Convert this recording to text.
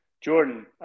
Jordan